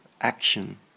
action